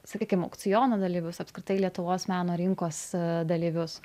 sakykim aukciono dalyvius apskritai lietuvos meno rinkos dalyvius